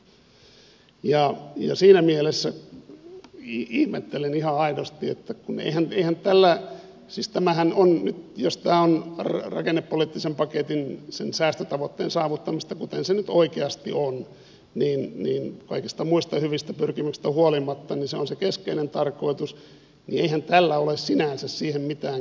siinä mielessä ihmettelen ihan aidosti että meidän pihan täällä siis tämähän jos tämä on rakennepoliittisen paketin säästötavoitteen saavuttamista kuten se nyt oikeasti on kaikista muista hyvistä pyrkimyksistä huolimatta se on se keskeinen tarkoitus niin eihän tällä ole sinänsä siihen mitään käytännöllistä merkitystä